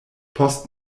post